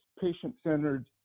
patient-centered